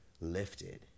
lifted